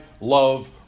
love